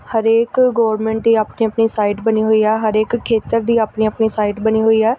ਹਰੇਕ ਗੌਰਮੈਂਟ ਦੀ ਆਪਣੀ ਆਪਣੀ ਸਾਈਟ ਬਣੀ ਹੋਈ ਆ ਹਰੇਕ ਖੇਤਰ ਦੀ ਆਪਣੀ ਆਪਣੀ ਸਾਈਟ ਬਣੀ ਹੋਈ ਆ